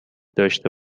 داشته